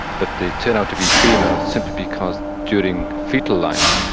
but they turn out to be female simply because during foetal life,